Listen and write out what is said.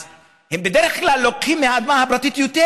אז הם בדרך כלל לוקחים מהאדמה הפרטית יותר.